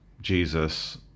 Jesus